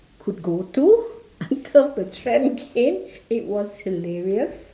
could go to cause the trend came it was hilarious